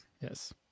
yes